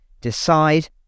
decide